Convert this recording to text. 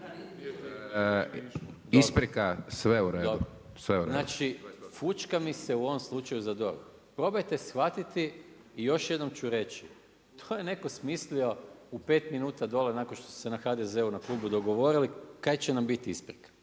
(SDP)** Dobro, znači fućka mi se u ovom slučaju za DORH. Probajte shvatiti i još jednom ću reći, to je netko smislio u 5 minuta dole nakon što su se na HDZ-u na klubu dogovorili kaj će nam biti isprika.